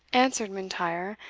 answered m'intyre,